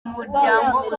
muryango